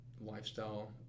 lifestyle